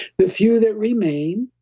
the few that remain,